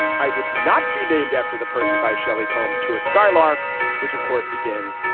i would not be named after the person by shelley poem to a skylark which of course begins.